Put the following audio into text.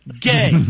gay